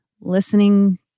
listening